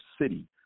city